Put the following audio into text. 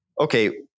okay